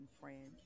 friends